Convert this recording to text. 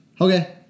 Okay